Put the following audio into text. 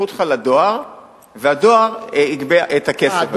ישלחו אותך לדואר והדואר יגבה את הכסף.